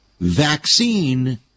vaccine